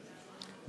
נתקבלה.